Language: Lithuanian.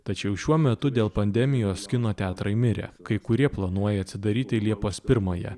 tačiau šiuo metu dėl pandemijos kino teatrai mirė kai kurie planuoja atsidaryti liepos pirmąją